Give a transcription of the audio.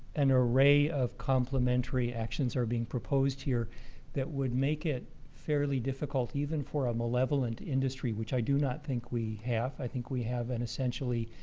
an array of complimentary actions are being proposed here that would make it fairly difficult, even for a malevolent industry, which i do not think we have. i think we have an, essentially,